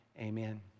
amen